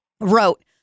wrote